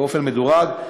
באופן מדורג,